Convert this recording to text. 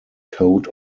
coat